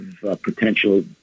potential